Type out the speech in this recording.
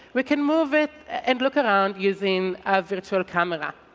we can move it and look around using a virtual camera.